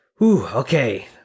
Okay